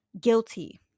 guilty